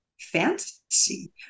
fantasy